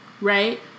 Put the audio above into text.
right